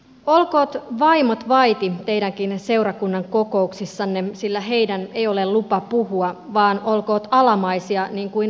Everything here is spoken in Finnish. olkoot vaimot vaiti teidänkin seurakunnankokouksissanne sillä heidän ei ole lupa puhua vaan olkoot alamaisia niinkuin lakikin sanoo